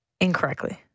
Incorrectly